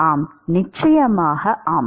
ஆம் நிச்சயமாக ஆம்